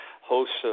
hosts